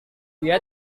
dia